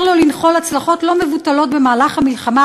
לו לנחול הצלחות לא מבוטלות במהלך המלחמה,